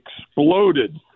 exploded